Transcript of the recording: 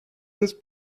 this